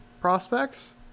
prospects